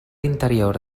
interior